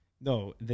No